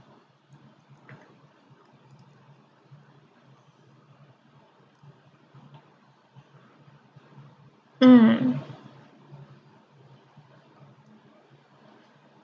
ah